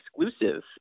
exclusive